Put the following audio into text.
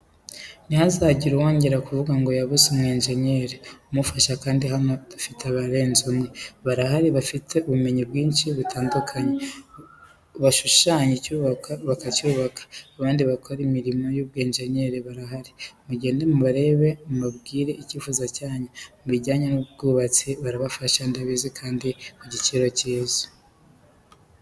Ntihazagire uwongera kuvuga ngo yabuze umwenjenyeri umufasha kandi hano dufite abarenze umwe. Barahari bafite ubumenyi bwinshi butandukanye, bashushanya icyubakwa, bakacyubaka, n'abandi bakora imirimo y'ubwenjeniyeri barahari, mugende mubarebe mubabwire icyifuzo cyanyu, mubijyanye n'ubwubatsi barabafasha ndabizi kandi ku giciro cyiza.